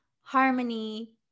harmony